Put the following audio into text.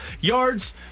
yards